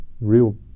real